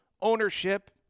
ownership